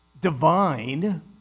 divine